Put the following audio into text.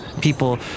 People